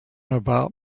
about